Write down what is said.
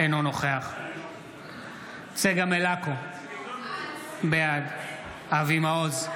אינו נוכח צגה מלקו, בעד אבי מעוז,